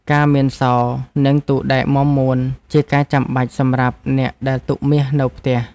ការមានសោ និងទូដែកមាំមួន ជាការចាំបាច់សម្រាប់អ្នកដែលទុកមាសនៅផ្ទះ។